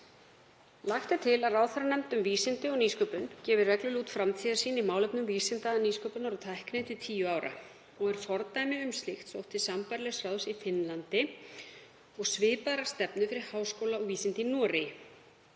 Lagt er til að ráðherranefnd um vísindi og nýsköpun gefi reglulega út framtíðarsýn í málefnum vísinda, nýsköpunar og tækni til tíu ára og er fordæmi um slíkt sótt til sambærilegs ráðs í Finnlandi og til svipaðrar stefnu fyrir háskóla og vísindi í